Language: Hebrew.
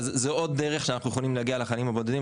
זה עוד דרך שאנחנו יכולים להגיע לחיילים הבודדים